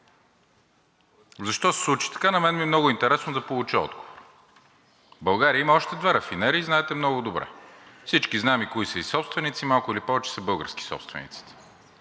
Защо се случи така? На мен ми е много интересно да получа отговор. В България има още две рафинерии, знаете много добре. Всички знаем кои са и собственици, малко или повече са български собствениците.